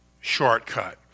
shortcut